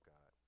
God